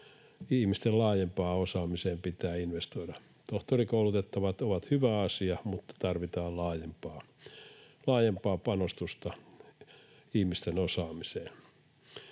ihmisten laajempaan osaamiseen pitää investoida. Tohtorikoulutettavat ovat hyvä asia, mutta tarvitaan laajempaa panostusta ihmisten osaamiseen.